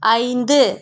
ஐந்து